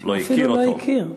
אפילו לא הכיר.